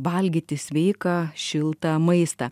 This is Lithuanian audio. valgyti sveiką šiltą maistą